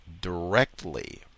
directly